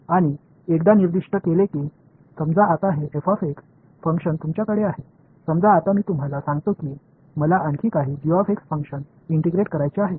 आणि एकदा निर्दिष्ट केले की समजा आता हे फंक्शन तुमच्याकडे आहे समजा आता मी तुम्हाला सांगतो की मला आणखी काही फंक्शन इंटिग्रेट करायचे आहेत